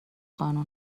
قانون